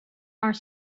are